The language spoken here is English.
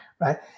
right